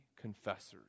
confessors